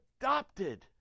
adopted